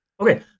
Okay